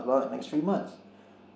the next three months